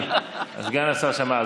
סגן השר שמע.